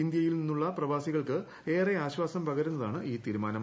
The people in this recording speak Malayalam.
ഇന്ത്യയിൽ നിന്നുള്ള പ്രവാസികൾക്ക് ഏറെ ആശ്വാസം പകരുന്നതാണ് ഈ തീരുമാനം